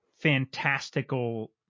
fantastical